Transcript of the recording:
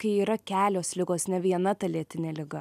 kai yra kelios ligos ne viena ta lėtinė liga